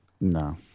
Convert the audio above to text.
No